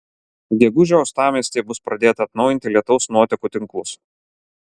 gegužę uostamiestyje bus pradėta atnaujinti lietaus nuotekų tinklus